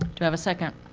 do i have a second?